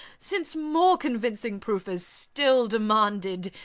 since more convincing proof is still demanded,